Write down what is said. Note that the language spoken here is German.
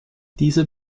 dieser